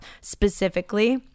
specifically